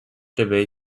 debate